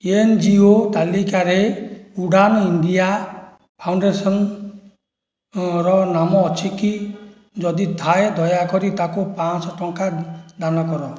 N G O ତାଲିକାରେ Udaan India ଫାଉଣ୍ଡେସନ୍ର ନାମ ଅଛି କି ଯଦି ଥାଏ ଦୟାକରି ତାକୁ ପାଞ୍ଚଶହ ଟଙ୍କା ଦାନ କର